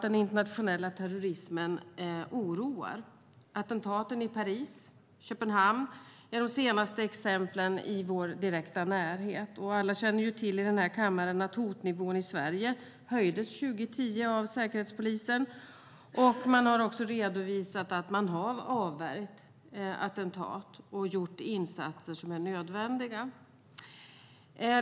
Den internationella terrorismen oroar. Attentaten i Paris och Köpenhamn är de senaste exemplen i vår direkta närhet. Alla i den här kammaren känner till att hotnivån i Sverige höjdes år 2010 av Säkerhetspolisen. Man har också redovisat att man har avvärjt attentat och gjort insatser som är nödvändiga.